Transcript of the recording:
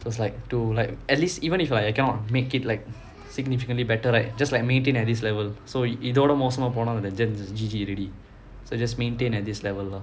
it was like to like at least even if like I cannot make it like significantly better right just like maintain at this level so இதோட மோசமா போன:ithoda moosamaa pona G_G already so just maintain at this level lah